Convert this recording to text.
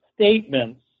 statements